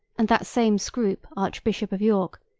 and that same scroop, archbishop of york,